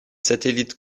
satellites